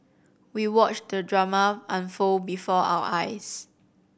we watched the drama unfold before our eyes